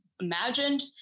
imagined